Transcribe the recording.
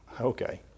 Okay